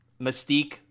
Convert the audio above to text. Mystique